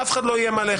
אף אחד לא איים עליך,